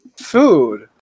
food